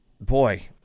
Boy